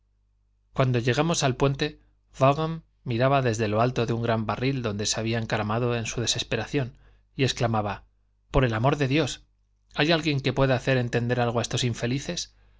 cuando llegamos al puente vaughan miraba desde lo alto de un gran barril donde se había encaramado en su desesperación y exclamaba por el amor de dios hay alguien que pueda hacer entender algo a estos infelices